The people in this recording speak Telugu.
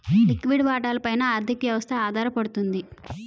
లిక్విడి వాటాల పైన ఆర్థిక వ్యవస్థ ఆధారపడుతుంది